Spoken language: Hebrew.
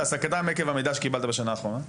העסקתם עקב המידע שקיבלת בשנה האחרונה?